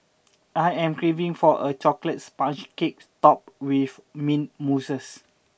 I am craving for a chocolate sponge cake topped with mint mousse